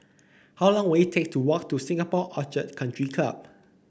how long will it take to walk to Singapore Orchid Country Club